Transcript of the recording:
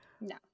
no